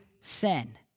sin